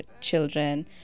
children